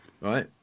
right